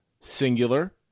singular